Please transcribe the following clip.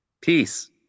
Peace